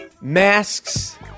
masks